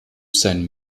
sein